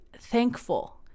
thankful